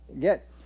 get